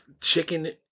Chicken